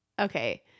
okay